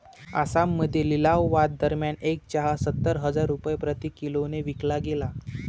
आसाममध्ये लिलावादरम्यान एक चहा सत्तर हजार रुपये प्रति किलोने विकला गेला